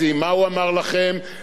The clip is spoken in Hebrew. השנה נגבה 2 מיליארד פחות.